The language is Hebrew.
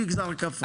מגזר כפרי.